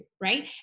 Right